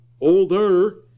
older